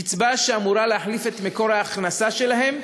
קצבה שאמורה להחליף את מקור ההכנסה שלהם,